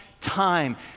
time